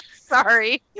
sorry